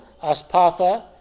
Aspatha